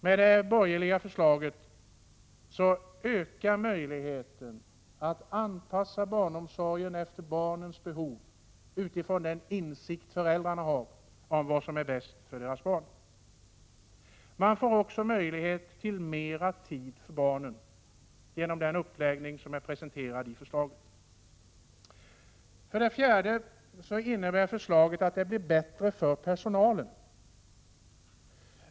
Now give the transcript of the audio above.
Med det borgerliga förslaget ökar möjligheten att anpassa barnomsorgen efter barnens behov utifrån den insikt föräldrarna har om vad som är bäst för deras barn. Genom den uppläggning som är presenterad i förslaget får man också möjlighet att ägna mera tid åt barnen. För det fjärde innebär förslaget att det blir bättre för personalen.